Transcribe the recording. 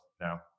now